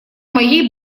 моей